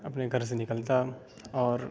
اپنے گھر سے نکلتا اور